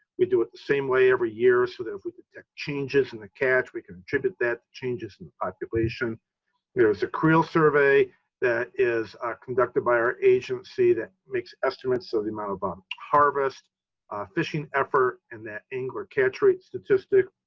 we do it the same way every year, so that we detect changes in the catch, we can attribute that changes in the population. there is a creel survey that is conducted by our agency that makes estimates, so the amount of um harvest, our fishing effort and that angler catch rate statistics.